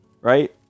right